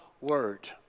word